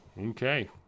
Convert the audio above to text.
Okay